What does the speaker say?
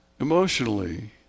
Emotionally